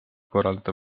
korraldada